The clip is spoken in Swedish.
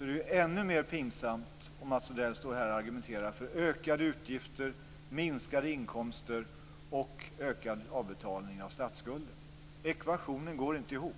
är det ännu mer pinsamt att Mats Odell står här och argumenterar för ökade utgifter, minskade inkomster och ökad avbetalning av statsskulden. Ekvationen går inte ihop.